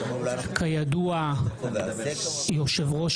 כידוע, יושב-ראש